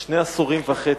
כשני עשורים וחצי,